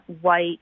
white